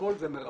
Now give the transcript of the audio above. הכל זה מרפא.